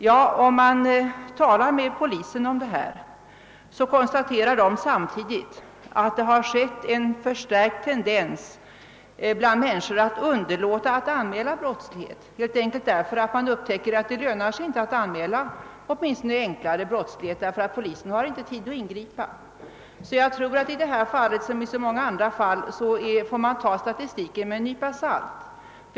Ja, men om man talar med polisen om detta, konstateras en förstärkt tendens bland människor att underlåta att anmäla brott, helt enkelt därför att man upptäckt att det i varje fall inte lönar sig att anmäla enklare brott — polisen har nämligen inte tid att ingripa. Man får nog därför i det här fallet, liksom i så många andra fall, ta statistiken med en nypa salt.